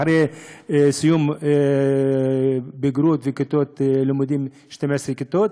אחרי סיום בגרות ולימודים ו-12 כיתות.